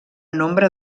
nombre